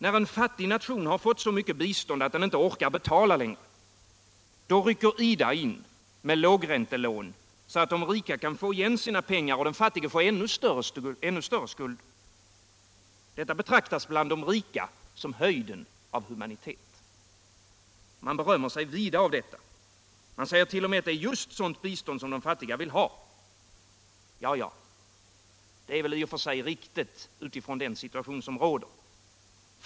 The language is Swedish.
När en fattig nation har fått så mycket bistånd att den inte orkar betala längre, då rycker IDA in med lågräntelån så att de rika kan få igen sina pengar och den fattige få ännu större skulder. Detta betraktas bland de rika som höjden av humanitet. Man berömmer sig vida av detta. Man säger t.o.m. att det är just sådant bistånd som de fattiga vill ha. Ja, det är väl i och för sig riktigt utifrån den situation som råder.